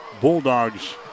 Bulldogs